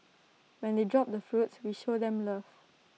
when they drop the fruits we show them love